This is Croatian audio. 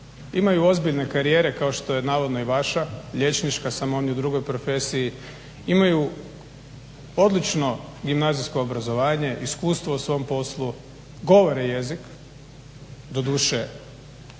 imaju ozbiljne karijere kao što je navodno i vaša liječnička samo oni u drugoj profesiji, imaju odlično gimnazijsko obrazovanje, iskustvo u svom poslu, govore jezik, doduše